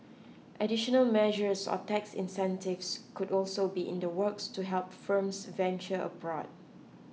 additional measures or tax incentives could also be in the works to help firms venture abroad